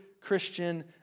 Christian